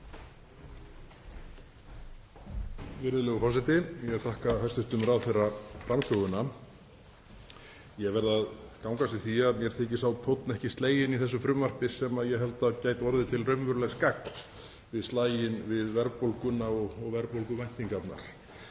Virðulegur forseti. Ég vil þakka hæstv. ráðherra framsöguna. Ég verð að gangast við því að mér þykir sá tónn ekki sleginn í þessu frumvarpi sem ég held að geti orðið til raunverulegs gagns við slaginn við verðbólguna og verðbólguvæntingarnar.